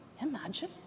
Imagine